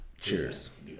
Cheers